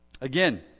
Again